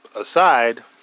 Aside